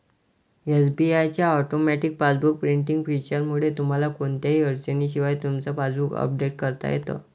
SBI च्या automatic passbook printing फीचरमुळे तुम्हाला कोणत्याही अडचणीशिवाय तुमचं पासबुक अपडेट करता येतं